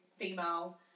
female